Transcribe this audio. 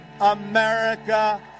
America